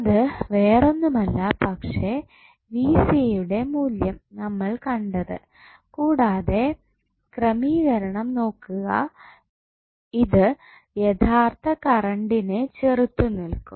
അത് വേറൊന്നുമല്ല പക്ഷെ യുടെ മൂല്യം നമ്മൾ കണ്ടത് കൂടാതെ ക്രമീകരണം നോക്കുക ഇത് യഥാർത്ഥ കറണ്ടിനെ ചെറുത്തുനിൽക്കും